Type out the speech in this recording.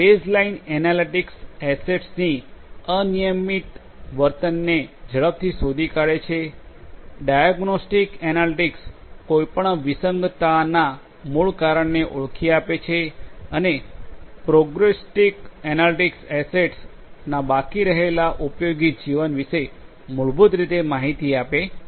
baseline analytics એસેટ્સની અનિયમિત વર્તનને ઝડપથી શોધી કાઢે છે ડાયગ્નોસ્ટિક એનાલિટિક્સ કોઈપણ વિસંગતતાના મૂળ કારણને ઓળખી આપે છે અને પ્રોગ્નોસ્ટિક એનાલિટિક્સ એસેટ્સના બાકી રહેલા ઉપયોગી જીવન વિશે મૂળભૂત રીતે માહિતી આપે છે